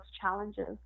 challenges